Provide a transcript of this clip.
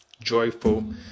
joyful